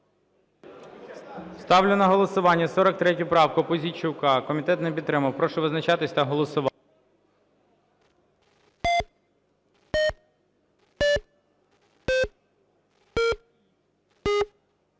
Ставлю на голосування 44 правку Пузійчука. Комітет не підтримав. Прошу визначатися та голосувати.